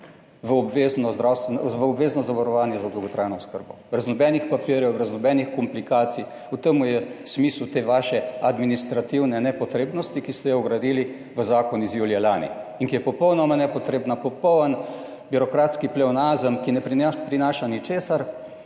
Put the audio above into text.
v obvezno zavarovanje za dolgotrajno oskrbo, brez nobenih papirjev, brez nobenih komplikacij. V tem je smisel te vaše administrativne nepotrebnosti, ki ste jo vgradili v zakon iz julija lani in ki je popolnoma nepotrebna, popoln birokratski pleonazem, ki ne prinaša ničesar,